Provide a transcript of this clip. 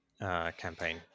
campaign